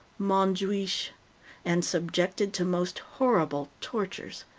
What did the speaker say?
montjuich, and subjected to most horrible tortures.